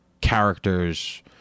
characters